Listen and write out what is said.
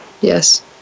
yes